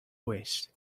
waste